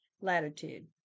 latitude